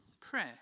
prayer